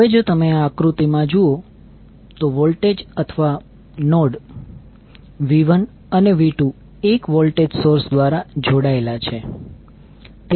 હવે જો તમે આ આકૃતિ માં જુઓ તો વોલ્ટેજ અથવા નોડ V1 અને V2એક વોલ્ટેજ સોર્સ દ્વારા જોડાયેલા છે